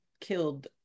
killed